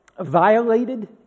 violated